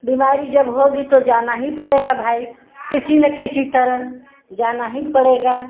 बीमारी जब होगी तो जाना ही पड़ेगा भाई किसी न किसी तरह जाना ही पड़ेगा